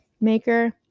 maker